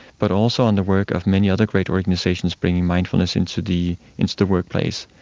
but also on the work of many other great organisations bringing mindfulness into the into the workplace,